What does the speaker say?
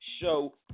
Show